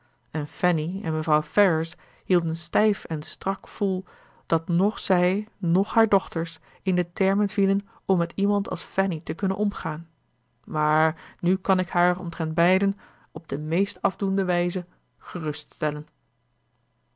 en fanny en mevrouw ferrars hielden stijf en strak vol dat noch zij noch haar dochters in de termen vielen om met iemand als fanny te kunnen omgaan maar nu kan ik haar omtrent beiden op de meest afdoende wijze